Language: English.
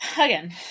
again